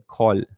call